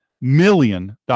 million